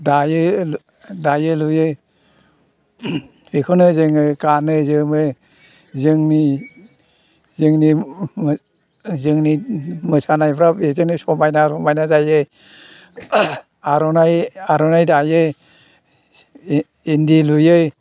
दायो दायो लुयो बेखौनो जोङो गानो जोमो जोंनि जोंनि जोंनि मोसानायफ्रा बिदिनो समायना रमायना जायो आर'नाइ आर'नाइ दायो बे इन्दि लुयो